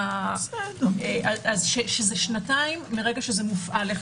אז שזה שנתיים מרגע שזה מופעל.